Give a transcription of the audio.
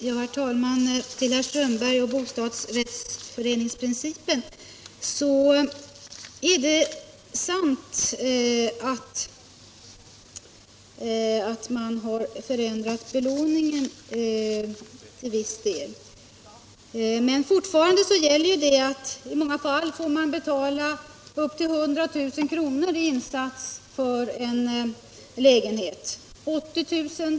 Herr talman! Det är sant att man har förändrat belåningen när det gäller bostadsrätter till viss del. Men fortfarande gäller dock att man måste betala höga insatser — kanske upp till 100 000 kr. i insats för en lägenhet. 80 000 kr.